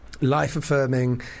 life-affirming